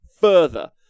further